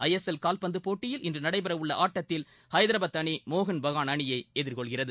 I S L கால்பந்துப் போட்டியில் இன்று நடைபெறவுள்ள ஆட்டத்தில் ஹைதராபாத் அணி மோகன்பஹான் அணியை எதிர்கொள்கிறது